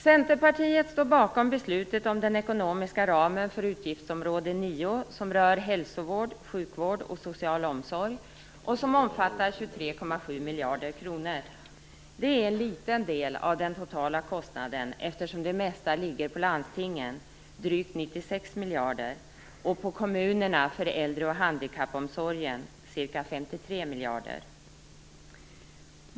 Centerpartiet står bakom beslutet om den ekonomiska ramen för utgiftsområde 9 som rör hälsovård, sjukvård och social omsorg och som omfattar 23,7 miljarder kronor. Det är en liten del av den totala kostnaden eftersom det mesta ligger på landstingen, drygt 96 miljarder, och på kommunerna för äldre och handikappomsorgen, ca 53 miljarder.